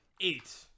Eight